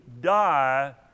die